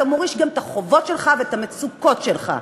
אתה מוריש גם את החובות שלך ואת המצוקות שלך.